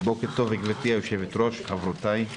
בוקר טוב גבירתי היו"ר, חברותיי.